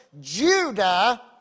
Judah